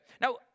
Now